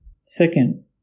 Second